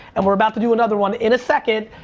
and we're about to do another one in a second,